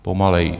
Pomaleji.